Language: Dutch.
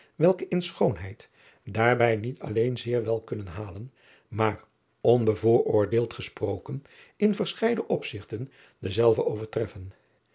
welke in schoonheid daarbij niet alleen zeer wel kunnen halen maar onbevooroordeeld gesproken in verscheiden opzigten denzelven overtreffen